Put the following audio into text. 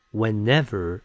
whenever